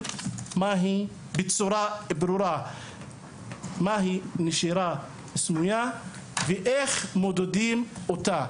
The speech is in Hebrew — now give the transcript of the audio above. בצורה ברורה מה היא נשירה סמויה ואיך מודדים אותה.